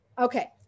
okay